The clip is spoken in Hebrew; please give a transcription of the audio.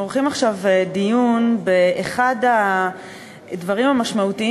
אנחנו עורכים עכשיו דיון באחד הדברים המשמעותיים